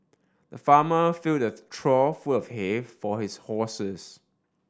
the farmer filled a trough full of hay for his horses